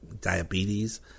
diabetes